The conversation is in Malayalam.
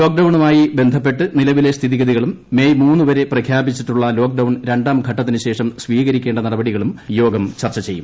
ലോക്ഡൌണുമായി ബന്ധപ്പെട്ട് നിലവിലെ സ്ഥിതിഗതികളും മെയ് മൂന്ന് വരെ പ്രഖ്യാപി ച്ചിട്ടുള്ളി് ലോക്ഡൌൺ രണ്ടാം ഘട്ടത്തിനുശേഷം സ്വീകരിക്കേണ്ട നടപടികളും യോഗം ചർച്ച ചെയ്യും